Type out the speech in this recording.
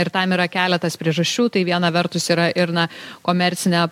ir tam yra keletas priežasčių tai viena vertus yra ir na komercinė